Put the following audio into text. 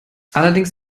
allerdings